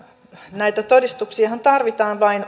näitä todistuksiahan tarvitaan vain